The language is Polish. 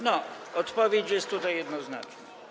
No, odpowiedź jest tutaj jednoznaczna.